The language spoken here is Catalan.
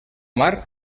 mar